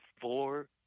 four